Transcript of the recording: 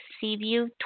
Seaview